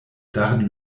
darin